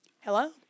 Hello